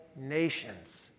nations